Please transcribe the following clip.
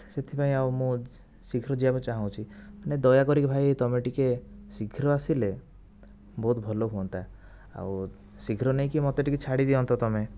ସେଥିପାଇଁ ଆଉ ମୁଁ ଶୀଘ୍ର ଯିବାକୁ ଚାହୁଁଛି ନା ଦୟାକରିକି ଭାଇ ତୁମେ ଟିକେ ଶୀଘ୍ର ଆସିଲେ ବହୁତ ଭଲ ହୁଅନ୍ତା ଆଉ ଶୀଘ୍ର ନେଇକି ମୋତେ ଟିକେ ଛାଡି ଦିଅନ୍ତ ତୁମେ